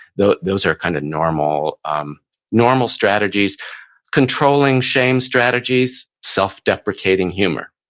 those those are kind of normal um normal strategies controlling shame strategies, self deprecating humor.